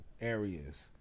areas